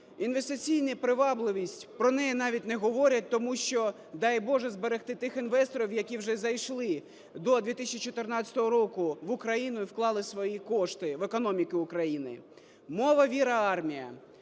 інвестиційна привабливість - про неї навіть не говорять, тому що, дай Боже, зберегти тих інвесторів, які вже зайшли до 2014 року в Україну і вклали свої кошти в економіку України. "Мова. Віра. Армія".